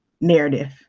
narrative